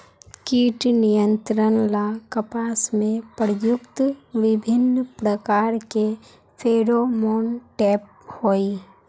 कीट नियंत्रण ला कपास में प्रयुक्त विभिन्न प्रकार के फेरोमोनटैप होई?